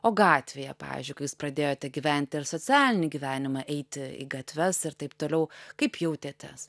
o gatvėje pavyzdžiui kai jūs pradėjote gyventi ir socialinį gyvenimą eiti į gatves ir taip toliau kaip jautėtės